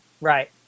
right